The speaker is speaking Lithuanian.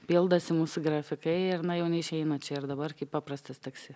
pildosi mūsų grafikai ir na jau neišeina čia ir dabar kaip paprastas taksi